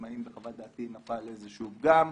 האם בחוות דעתי נפל איזשהו פגם.